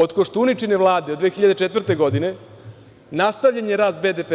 Od Koštuničine Vlade 2004. godine nastavljen je rast BDP,